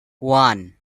one